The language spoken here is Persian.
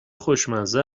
خوشمزه